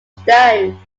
stones